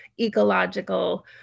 ecological